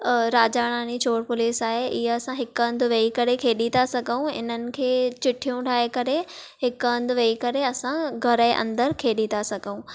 राजा रानी चोर पुलिस आहे इहा असां हिक हंध वही करे खेॾी था सघूं हिननि खे चिठयूं ठाहे करे हिक हंध वेही करे असां घर जे अंदरि खेॾी था सघूं